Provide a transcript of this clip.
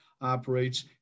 operates